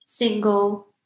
Single